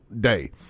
day